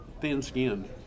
thin-skinned